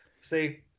See